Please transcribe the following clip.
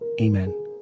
Amen